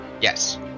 Yes